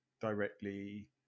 directly